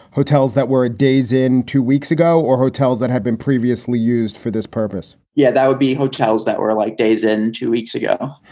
hotels that were a days in two weeks ago, or hotels that had been previously used for this purpose? yeah, that would be hotels that were like days and two weeks ago